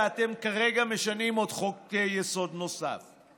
ואתם כרגע משנים עוד חוק-יסוד נוסף,